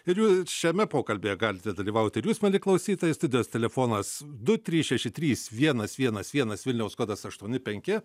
ir jūs šiame pokalbyje galite dalyvauti ir jūs mieli klausytojai studijos telefonas du trys šeši trys vienas vienas vienas vilniaus kodas aštuoni penki